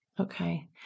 Okay